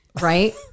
Right